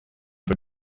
for